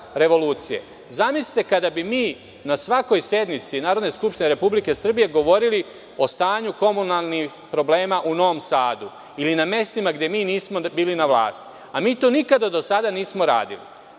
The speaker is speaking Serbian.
Revolucije. Zamislite kada bi mi na svakoj sednici Narodne skupštine Republike Srbije govorili o stanju komunalnih problema u Novom Sadu, ili na mestima gde mi nismo bili na vlasti. Mi to nikada do sada nismo radili.